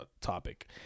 topic